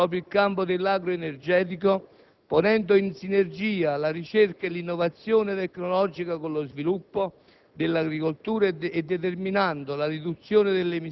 in opportunità di sviluppo agro-energetico. Proprio il campo dell'agro-energetico, ponendo in sinergia la ricerca e l'innovazione tecnologica con lo sviluppo